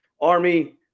Army